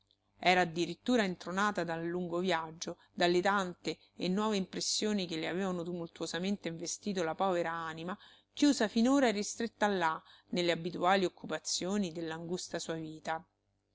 era addirittura intronata dal lungo viaggio dalle tante e nuove impressioni che le avevano tumultuosamente investito la povera anima chiusa finora e ristretta là nelle abituali occupazioni dell'angusta sua vita